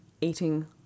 eating